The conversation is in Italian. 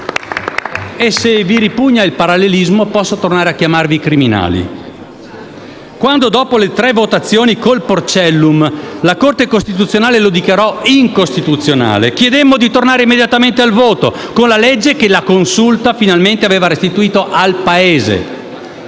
Se vi ripugna il parallelismo, posso tornare a chiamarvi criminali. Quando, dopo le tre votazioni con il Porcellum, la Corte costituzionale lo dichiarò incostituzionale, chiedemmo di tornare immediatamente al voto con la legge che la Consulta finalmente aveva restituito al Paese.